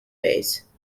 base